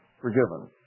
Forgiven